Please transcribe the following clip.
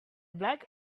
black